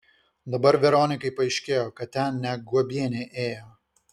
dabar veronikai paaiškėjo kad ten ne guobienė ėjo